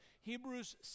hebrews